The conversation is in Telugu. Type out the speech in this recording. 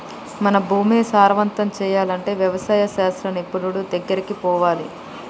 మన భూమిని సారవంతం చేయాలి అంటే వ్యవసాయ శాస్త్ర నిపుణుడి దెగ్గరికి పోవాలి